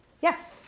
Yes